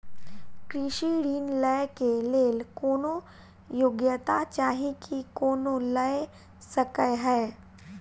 कृषि ऋण लय केँ लेल कोनों योग्यता चाहि की कोनो लय सकै है?